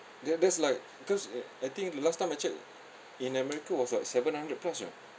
that that's like cause uh I think the last time I check in america was like seven hundred plus you know